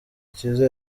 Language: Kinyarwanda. cyiza